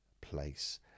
place